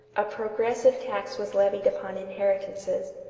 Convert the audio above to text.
a progressive tax was levied upon inheritances.